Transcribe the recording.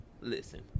Listen